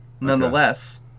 nonetheless